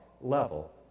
level